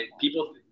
people